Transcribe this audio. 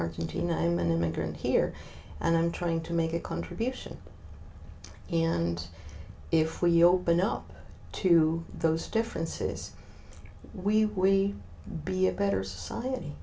argentina i'm an immigrant here and i'm trying to make a contribution and if we open up to those differences we be a better society